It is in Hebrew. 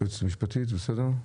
היועצת המשפטית, זה בסדר?